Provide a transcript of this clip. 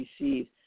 received